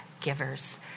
givers